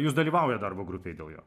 jūs dalyvaujat darbo grupėj dėl jo